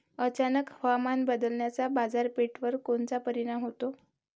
अचानक हवामान बदलाचा बाजारपेठेवर कोनचा परिणाम होतो?